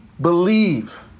believe